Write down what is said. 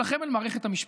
אל מערכת המשפט.